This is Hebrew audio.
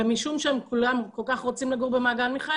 משום שכולם כל כך רוצים לגור במעגן מיכאל